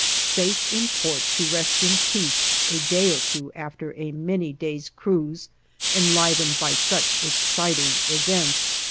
safe in port to rest in peace a day or two after a many days' cruise enlivened by such exciting events.